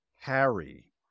Harry